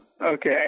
Okay